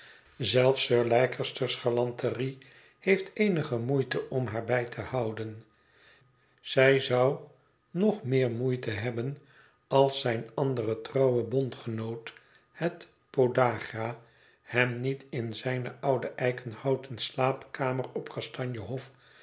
zelfs sir leicester's galanterie heeft eenige moeite om haar bij te houden zij zou nog meer moeite hebben als zijn andere trouwe bondgenoot het podagra hem niet in zijne oude eikenhouten slaapkamer op kastanje hof